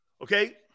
Okay